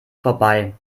vorbei